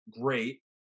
great